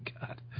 God